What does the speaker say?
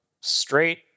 straight